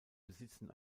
besitzen